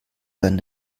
sein